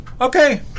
Okay